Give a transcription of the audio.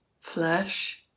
Flesh